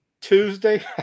Tuesday